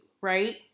right